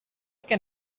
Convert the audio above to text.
can